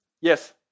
Yes